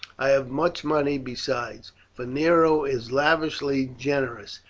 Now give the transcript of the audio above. i have much money besides, for nero is lavishly generous,